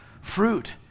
fruit